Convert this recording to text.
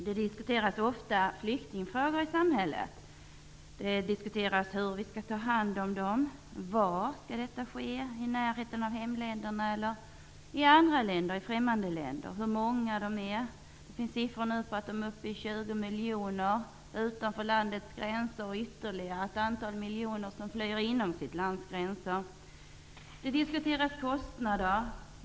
Herr talman! Flyktingfrågor diskuteras ofta i samhället. Det diskuteras hur vi skall ta hand om flyktingar, var detta skall ske -- om det skall ske i närheten av hemländerna eller i andra, främmande länder. Det talas om hur många flyktingarna är. Det finns siffror på att antalet är uppe i 20 miljoner utanför landets gränser och ytterligare ett antal miljoner som flyr inom sitt lands gränser. Det diskuteras kostnader.